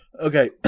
Okay